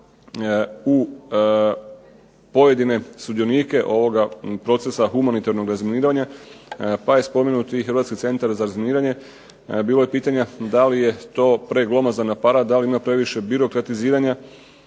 u pojedine sudionike ovoga procesa humanitarnog razminiranja pa je spomenut i HCR. Bilo je pitanja da li je to preglomazan aparat? Da li ima previše birokratiziranja?